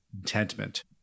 contentment